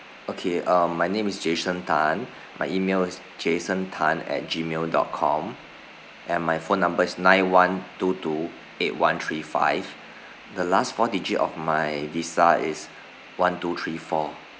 okay um my name is jason tan my email is jason tan at gmail dot com and my phone number is nine one two two eight one three five the last four digit of my visa is one two three four